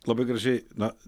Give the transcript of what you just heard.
labai gražiai na